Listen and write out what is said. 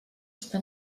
està